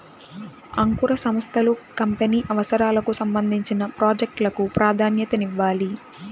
అంకుర సంస్థలు కంపెనీ అవసరాలకు సంబంధించిన ప్రాజెక్ట్ లకు ప్రాధాన్యతనివ్వాలి